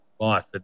life